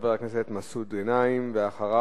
חבר הכנסת מסעוד גנאים, בבקשה.